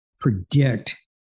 predict